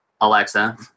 Alexa